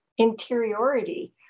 interiority